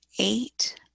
eight